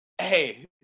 Hey